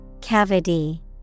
Cavity